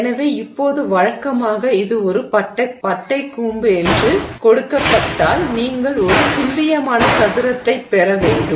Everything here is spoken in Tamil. எனவே இப்போது வழக்கமாக இது ஒரு பட்டைக்கூம்பு என்று கொடுக்கப்பட்டால் நீங்கள் ஒரு துல்லியமான சதுரத்தைப் பெற வேண்டும்